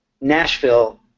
Nashville